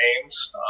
names